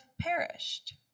perished